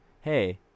hey